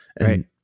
right